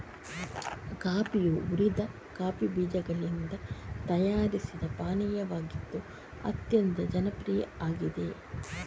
ಕಾಫಿಯು ಹುರಿದ ಕಾಫಿ ಬೀಜಗಳಿಂದ ತಯಾರಿಸಿದ ಪಾನೀಯವಾಗಿದ್ದು ಅತ್ಯಂತ ಜನಪ್ರಿಯ ಆಗಿದೆ